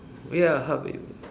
oh ya how about you